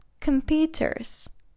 computers